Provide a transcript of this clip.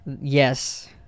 Yes